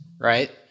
Right